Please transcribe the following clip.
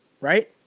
right